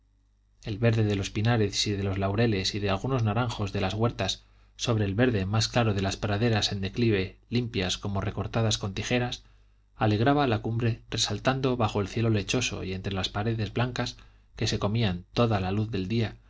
el verde de los pinares y de los laureles y de algunos naranjos de las huertas sobre el verde más claro de las praderas en declive limpias y como recortadas con tijeras alegraba la cumbre resaltando bajo el cielo lechoso y entre las paredes blancas que se comían toda la luz del día